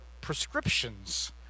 prescriptions